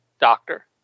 doctor